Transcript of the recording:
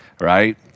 right